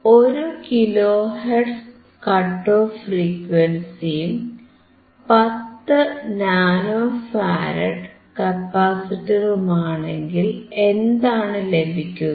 1 kilo hertz cut off ഫ്രീക്വൻസിയും 10 nano farad കപ്പാസിറ്ററുമാണെങ്കിൽ എന്താണു ലഭിക്കുക